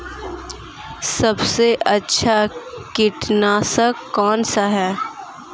सबसे अच्छा कीटनाशक कौनसा है?